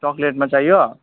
चक्लेटमा चाहियो